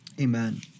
Amen